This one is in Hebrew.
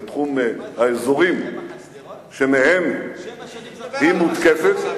לתחום האזורים שמהם היא מותקפת.